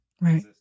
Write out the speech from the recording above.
Right